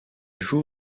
joue